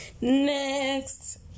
Next